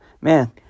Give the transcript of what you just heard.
man